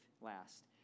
last